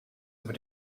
über